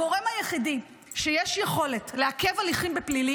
הגורם היחידי שיש לו יכולת לעכב הליכים בפלילי